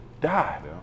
die